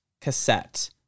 cassette